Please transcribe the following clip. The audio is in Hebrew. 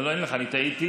אני טעיתי,